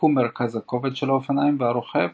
מיקום מרכז הכובד של האופניים והרוכב,